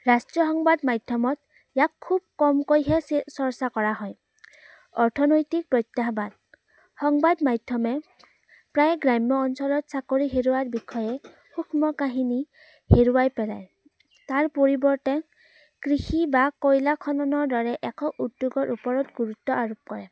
ৰাষ্ট্ৰীয় সংবাদ মাধ্যমত ইয়াক খুব কমকৈহে চে চৰ্চা কৰা হয় অৰ্থনৈতিক প্ৰত্যাহ্বান সংবাদ মাধ্যমে প্ৰায় গ্ৰাম্য অঞ্চলত চাকৰি হেৰুৱাৰ বিষয়ে সূক্ষ্ম কাহিনী হেৰুৱাই পেলায় তাৰ পৰিৱৰ্তে কৃষি বা কয়লা খননৰ দৰে এশ উদ্যোগৰ ওপৰত গুৰুত্ব আৰোপ কৰে